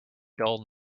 dull